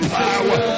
power